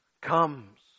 comes